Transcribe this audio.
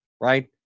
right